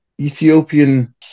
Ethiopian